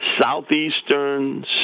Southeastern